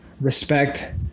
respect